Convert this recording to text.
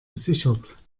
gesichert